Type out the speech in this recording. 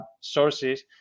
sources